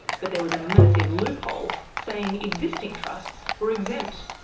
but there was a massive loophole saying existing trusts were exempt.